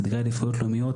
סדרי עדיפויות לאומיות,